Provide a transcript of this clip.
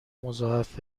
مضاعف